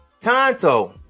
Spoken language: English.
Tonto